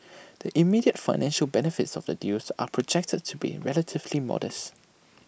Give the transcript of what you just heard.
the immediate financial benefits of the deals are projected to be relatively modest